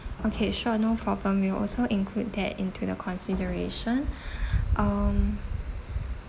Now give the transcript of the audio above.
okay sure no problem we'll also include that into the consideration um